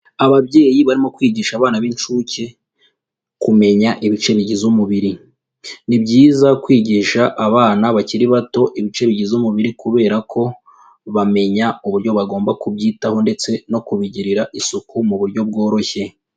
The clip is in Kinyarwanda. Ababyeyi barimo kwigisha abana b'inshuke, kumenya ibice bigize umubiri, ni byiza kwigisha abana bakiri bato ibice bigize umubiri kubera ko bamenya uburyo bagomba kubyitaho ndetse no kubigirira isuku mu buryo bworoshye.